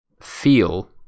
feel